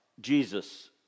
Jesus